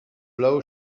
blow